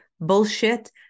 bullshit